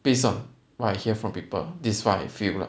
based on what I hear from people this is what I feel lah